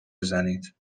بزنید